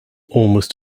almost